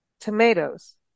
tomatoes